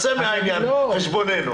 צא מהעניין של "חשבוננו".